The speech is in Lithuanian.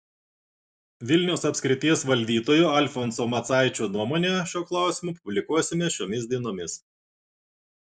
vilniaus apskrities valdytojo alfonso macaičio nuomonę šiuo klausimu publikuosime šiomis dienomis